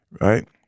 right